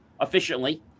efficiently